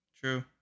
True